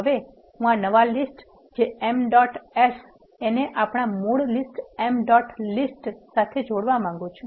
હવે હું આ નવા લીસ્ટ જે એમ ડોટ એઝ ને આપણા મૂળ લીસ્ટ એમ્પ ડોટ લીસ્ટ સાથે જોડવા માગું છું